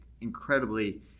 incredibly